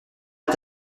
est